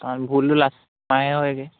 কাৰণ ভুলটো লাষ্টত আমাৰহে হয়গৈ